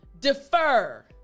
defer